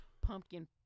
pumpkin